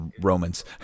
Romans